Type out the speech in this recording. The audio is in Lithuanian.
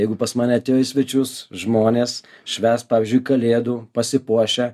jeigu pas mane atėjo į svečius žmonės švęst pavyzdžiui kalėdų pasipuošę